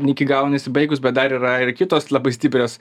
iki galo nesibaigus bet dar yra ir kitos labai stiprios